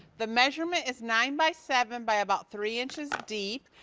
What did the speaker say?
the measurement is nine by seven by about three inches deep,